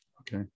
Okay